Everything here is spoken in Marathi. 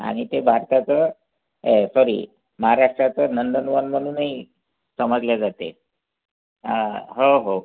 आणि ते भारताचं सॉरी महाराष्ट्राचं नंदनवन म्हणूनही समजले जाते हो हो